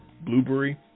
Blueberry